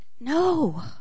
No